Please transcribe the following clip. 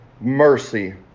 mercy